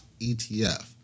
ETF